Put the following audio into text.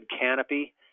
canopy